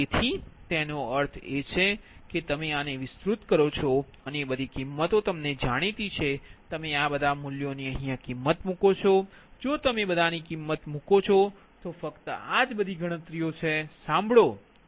તેથી તેનો અર્થ એ છે કે તમે આને વિસ્તૃત કરો છો અને બધી કિંમતો તમને જાણીતી છે તમે આ બધા મૂલ્યોની અહીયા કિમત મૂકો છો જો તમે બધાની કિમત મૂકો છો તો ફક્ત આ જ બધી ગણતરીઓ છે સાંભળો